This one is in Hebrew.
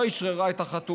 היא לא אשררה את החתימה,